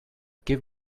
give